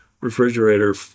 refrigerator